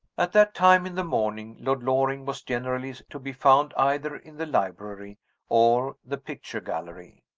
at that time in the morning, lord loring was generally to be found either in the library or the picture gallery.